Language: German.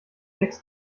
sechs